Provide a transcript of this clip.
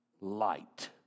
light